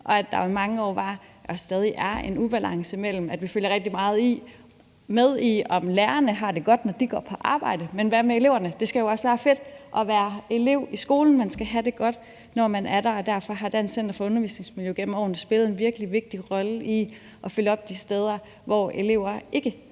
det er der stadig, en ubalance, i forhold til at vi følger rigtig meget med i, om lærerne har det godt, når de går på arbejde, men hvad med eleverne? Det skal jo også være fedt at være elev i skolen. Man skal have det godt, når man er der, og derfor har Dansk Center for Undervisningsmiljø igennem årene spillet en virkelig vigtig rolle i at følge op de steder, hvor elever ikke